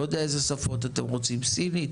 לא יודע איזה שפות אתם רוצים סינית,